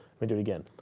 me do it again.